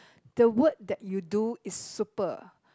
the work that you do is super